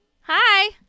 Hi